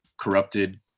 corrupted